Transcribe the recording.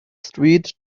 street